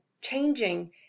changing